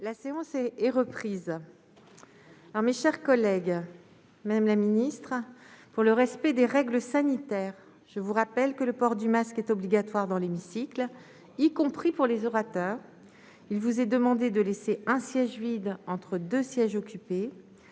La séance est reprise. Mes chers collègues, pour le respect des règles sanitaires, je vous rappelle que le port du masque est obligatoire dans l'ensemble du palais, y compris pour les orateurs. Il vous est demandé de laisser un siège vide entre deux sièges occupés.